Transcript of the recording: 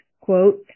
quote